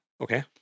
Okay